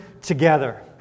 together